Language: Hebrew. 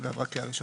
ועברה קריאה ראשונה.